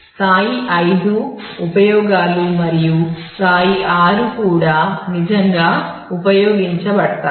స్థాయి 5 ఉపయోగాలు మరియు స్థాయి 6 కూడా నిజంగా ఉపయోగించబడతాయి